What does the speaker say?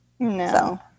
No